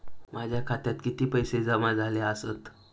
माझ्या खात्यात किती पैसे जमा झाले आसत?